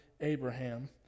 Abraham